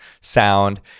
sound